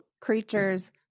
Creatures